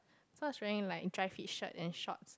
so I was wearing like dry fit shirt and shorts